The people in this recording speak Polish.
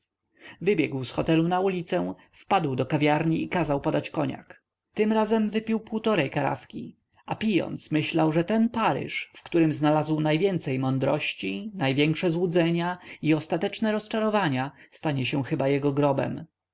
wybiegł z hotelu na ulicę wpadł do kawiarni i kazał podać koniak tym razem wypił półtorej karafki a pijąc myślał że ten paryż w którym znalazł najwięcej mądrości największe złudzenia i ostateczne rozczarowania stanie się chyba jego grobem